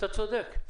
אתה צודק,